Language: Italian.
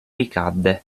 ricadde